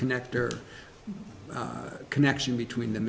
connector connection between the